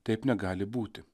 taip negali būti